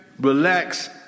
relax